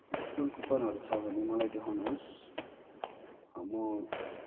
discount कुपनहरू छ भने मलाई देखाउनुहोस् म